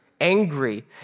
angry